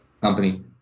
Company